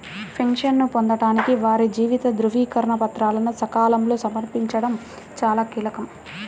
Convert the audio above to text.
పెన్షన్ను పొందడానికి వారి జీవిత ధృవీకరణ పత్రాలను సకాలంలో సమర్పించడం చాలా కీలకం